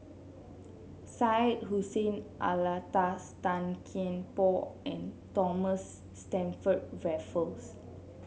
Syed Hussein Alatas Tan Kian Por and Thomas Stamford Raffles